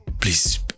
please